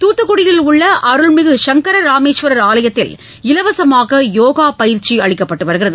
தூத்துக்குடியில் உள்ள அருள்மிகு சங்கரராமேஸ்வரர் ஆலயத்தில் இலவசமாக யோகா பயிற்சி அளிக்கப்பட்டுள்ள வருகிறது